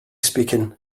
speaking